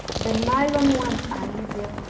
the nylon ones are easier.